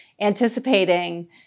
anticipating